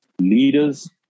leaders